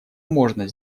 можно